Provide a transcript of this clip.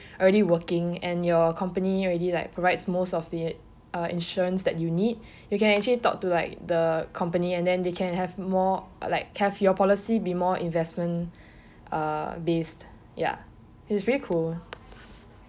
you are already working and your company already like provide most of the uh insurance that you need you can actually talk to like the company and then they can have more like have your policy be more investment uh based ya it's really cool